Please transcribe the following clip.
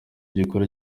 gikora